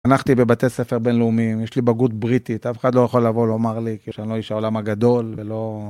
הלכתי בבתי ספר בינלאומיים, יש לי בגרות בריטית, אף אחד לא יכול לבוא ולומר לי כי אני לא איש העולם הגדול ולא...